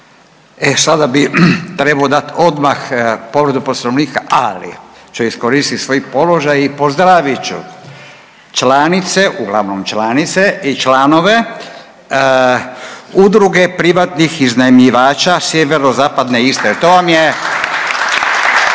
sada bi trebo dat odmah povredu poslovnika, ali ću iskoristit svoj položaj i pozdravit ću članice, uglavnom članice i članove Udruge privatnih iznajmljivača sjeverozapadne Istre …/Pljesak/….